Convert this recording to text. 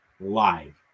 live